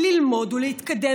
ללמוד ולהתקדם.